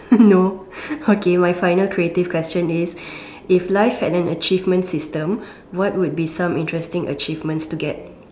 no okay my final creative question is if life had an achievement system what would be some interesting achievements to get